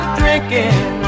drinking